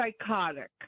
psychotic